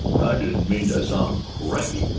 i didn't mean to sound cranky,